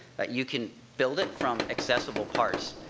but you can build it from accessible parts.